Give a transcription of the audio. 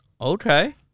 okay